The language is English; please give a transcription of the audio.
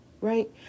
right